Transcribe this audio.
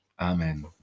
Amen